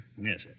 Yes